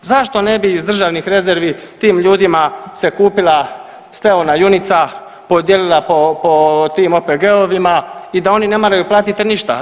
Zašto ne bi iz državnih rezervi tim ljudima se kupila steona junica, podijelila po tim OPG-ovima i da oni ne moraju platiti ništa.